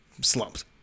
slumped